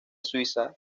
suiza